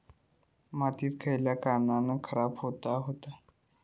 माती खयल्या कारणान खराब हुता?